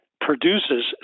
produces